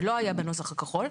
וזה לא היה בנוסח הכחול: